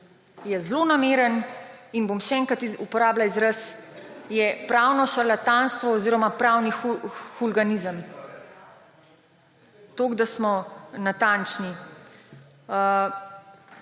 je zlonameren in, bom še enkrat uporabila izraz, je pravno šarlatanstvo oziroma pravni huliganizem. Toliko, da smo natančni.